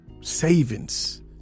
savings